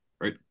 right